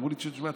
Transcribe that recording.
אמרו לי: תשמע,